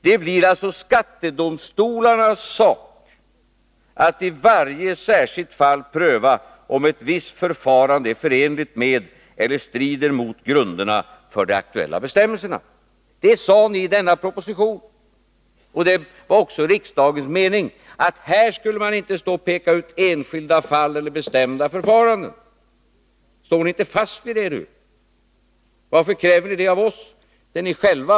—-—-—- Det blir alltså skattedomstolarnas sak att i varje särskilt fall pröva om ett visst förfarande är förenligt med eller strider mot grunderna för de aktuella bestämmelser Detta sade ni i er proposition, och det var också riksdagens mening. Här skulle man inte peka ut enskilda fall eller bestämda förfaranden. Står ni inte fast vid det nu? Varför kräver ni av oss något som ni ansåg vara olämpligt?